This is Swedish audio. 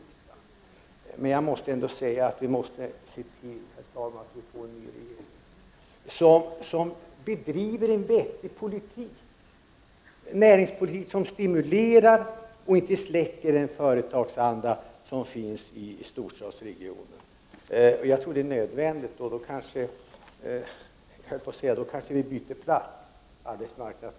Men, herr talman, vi måste se till att vi får en ny regering som bedriver en vettig politik, dvs. en näringspolitik som stimulerar och inte släcker den företagsanda som finns i storstadsregionen. Jag tror att detta är nödvändigt, och då kanske arbetsmarknadsministern och jag byter plats.